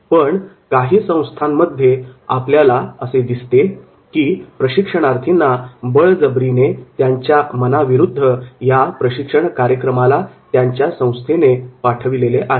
पण काही संस्थांमध्ये आपल्याला असे दिसते की या प्रशिक्षणार्थींना बळजबरीने त्यांच्या मनाविरुद्ध या प्रशिक्षण कार्यक्रमाला त्यांच्या संस्थेने पाठविलेले आहे